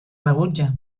rebutja